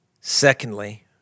Secondly